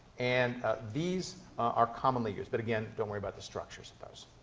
and these are commonly used, but, again, don't worry about the structures of those.